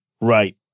Right